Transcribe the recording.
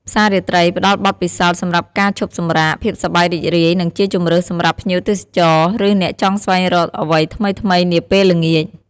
ផ្សាររាត្រីផ្ដល់បទពិសោធន៍សម្រាប់ការឈប់សម្រាក ភាពសប្បាយរីករាយ និងជាជម្រើសសម្រាប់ភ្ញៀវទេសចរ ឬអ្នកចង់ស្វែងរកអ្វីថ្មីៗនាពេលល្ងាច។